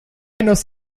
buenos